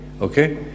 okay